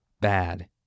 bad